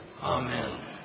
Amen